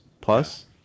plus